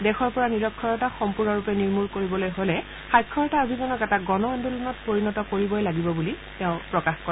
দেশৰ পৰা নিৰক্ষৰতা সম্পূৰ্ণৰূপে নিৰ্মূল কৰিবলৈ হলে সাক্ষৰতা অভিযানক এটা গণ আন্দোলনত পৰিণত কৰিবই লাগিব বুলিও তেওঁ প্ৰকাশ কৰে